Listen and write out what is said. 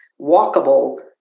walkable